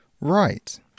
Right